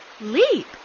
Leap